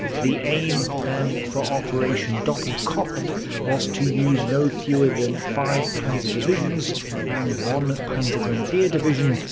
the aim then for operation doppelkopf was to use no fewer than five panzer divisions and one panzergrenadier division,